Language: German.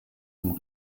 zum